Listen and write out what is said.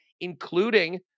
including